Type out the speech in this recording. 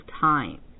time